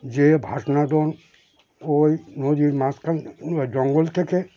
যে ভাসনাডন ওই নদীর মাঝখান জঙ্গল থেকে